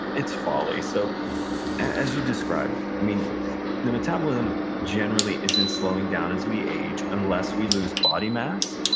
it's folly so as you described, i mean the metabolism generally isn't slowing down as we age unless we lose body mass,